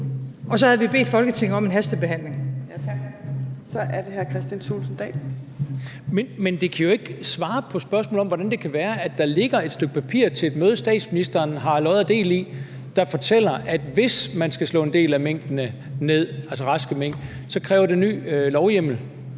Så er det hr. Kristian Thulesen Dahl. Kl. 14:47 Kristian Thulesen Dahl (DF): Det kan jo ikke være et svar på, hvordan det kan være, at der ligger et stykke papir til et møde, statsministeren har lod og del i, der fortæller, at hvis man skal slå en del af minkene – altså de raske mink – ned, kræver det ny lovhjemmel.